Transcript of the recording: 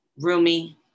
roomy